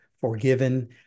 forgiven